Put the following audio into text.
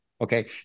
Okay